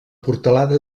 portalada